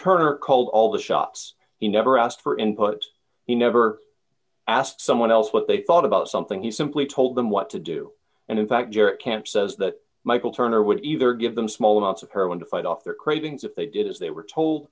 turner called all the shots he never asked for input he never asked someone else what they thought about something he simply told them what to do and in fact your camp says that michael turner would either give them small amounts of heroin to fight off their cravings if they did as they were told